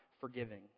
forgiving